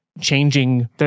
Changing